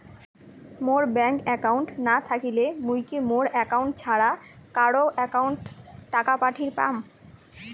মোর bank account না থাকিলে মুই কি মোর একাউন্ট ছাড়া কারো একাউন্ট অত টাকা পাঠের পাম?